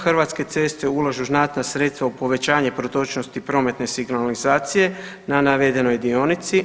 Hrvatske ceste ulažu znatna sredstva u povećanje protočnosti prometne signalizacije na navedenoj dionici.